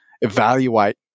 evaluate